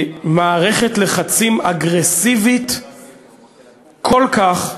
מערכת לחצים אגרסיבית כל כך,